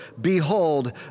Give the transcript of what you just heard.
behold